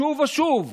שוב ושוב.